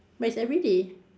but it's everyday